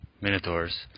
minotaurs